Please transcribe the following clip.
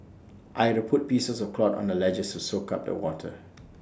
I had to put pieces of cloth on the ledges to soak up the water